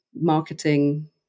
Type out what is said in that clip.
marketing